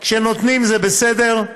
כשנותנים זה בסדר,